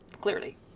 clearly